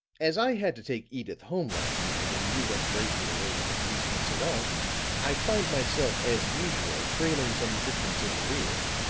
as i had to take edyth home last night, and you went bravely away with the police and sagon, i find myself, as usual, trailing some distance in the rear.